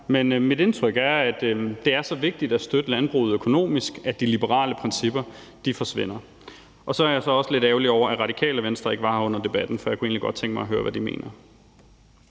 men mit indtryk er, at det er så vigtigt at støtte landbruget økonomisk, at det liberale principper forsvinder. Så er jeg også lidt ærgerlig over, at Radikale Venstre ikke var her under debatten, for jeg kunne egentlig godt tænke mig at høre, hvad de mener.